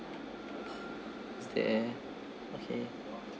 there okay